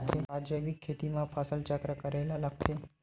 का जैविक खेती म फसल चक्र करे ल लगथे?